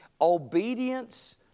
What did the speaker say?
Obedience